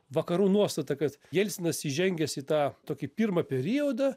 vakarų nuostata kad jelcinas įžengęs į tą tokį pirmą periodą